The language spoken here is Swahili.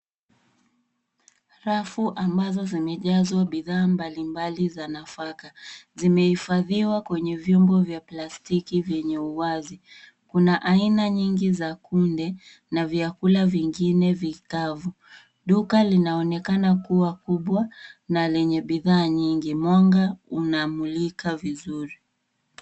Rafu ambazo zimejazwa bidhaa mbali mbali za nafaka, zimehifadhiwa kwenye vyungu vya plastiki vyenye uwazi. Kuna aina nyingi za kunde na vyakula vingine vikavu. Duka linaonekana kuwa kubwa na lenye bidhaa nyingi. Mwanga unamulika vizuri.